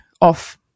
off